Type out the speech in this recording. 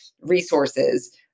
resources